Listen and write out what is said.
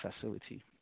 facility